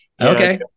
Okay